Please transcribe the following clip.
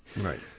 Right